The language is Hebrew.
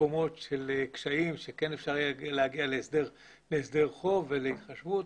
קשיים שבהם אפשר כן להגיע להסדר חוב ולהתחשבות.